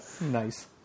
Nice